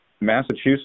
Massachusetts